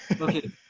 Okay